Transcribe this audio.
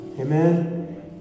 Amen